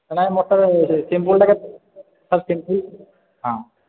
ନାହିଁ ମୋତେ ସିମ୍ପୁଲ୍ଟା କେତେ ହଁ ସିମ୍ପୁଲ୍ ହଁ